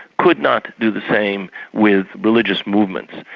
could not do the same with religious movements.